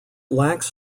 lacks